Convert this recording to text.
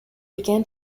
began